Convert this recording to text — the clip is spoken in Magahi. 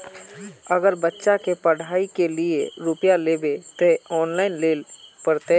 अगर बच्चा के पढ़ाई के लिये रुपया लेबे ते ऑनलाइन लेल पड़ते?